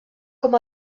com